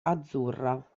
azzurra